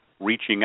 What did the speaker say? reaching